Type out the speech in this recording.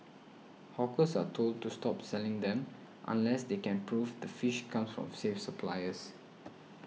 hawkers are told to stop selling them unless they can prove the fish comes from safe suppliers